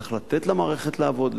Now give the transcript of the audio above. צריך לתת למערכת לעבוד,